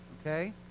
Okay